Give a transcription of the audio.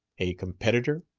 a competitor?